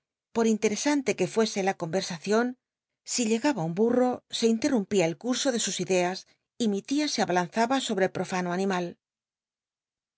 por intcesantc que fuese la cojwesacion si llegaba un bur o se intej'i'umpia el cui'so de sus ideas y mi tia se abalanzaba sobre el profano an